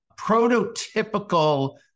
prototypical